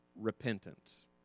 Repentance